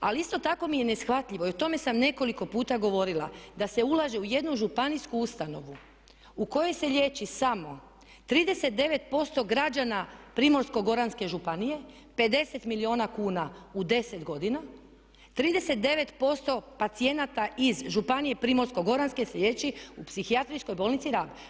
Ali isto tako mi je neshvatljivo i o tome sam nekoliko puta govorila da se ulaže u jednu županijsku ustanovu u kojoj se liječi samo 39% građana Primorsko-goranske županije, 50 milijuna kuna u 10 godina, 39% pacijenata iz županije Primorsko-goranske se liječi u psihijatrijskoj bolnici Rab.